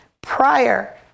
prior